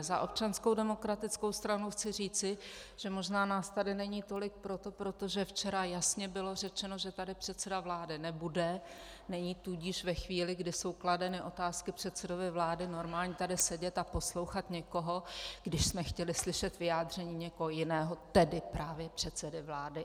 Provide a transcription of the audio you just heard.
Za Občanskou demokratickou stranu chci říci, že možná nás tady není tolik, protože včera jasně bylo řečeno, že tady předseda vlády nebude, není tudíž ve chvíli, kdy jsou kladeny otázky předsedovi vlády, normální tady sedět a poslouchat někoho, když jsme chtěli slyšet vyjádření někoho jiného, tedy právě předsedy vlády.